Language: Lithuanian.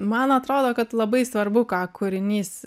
man atrodo kad labai svarbu ką kūrinys